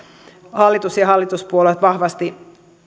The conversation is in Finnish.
hallitus ja hallituspuolueet vahvasti